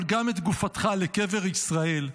אבל גם את גופתך לקבר ישראל,